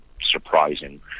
surprising